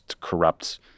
corrupt